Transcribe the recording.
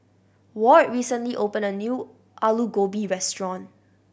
Ward recently opened a new Alu Gobi Restaurant